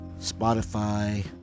Spotify